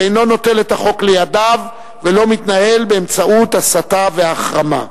שאינו נוטל את החוק לידיו ולא מתנהל באמצעות הסתה והחרמה.